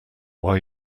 why